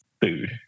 food